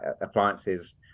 appliances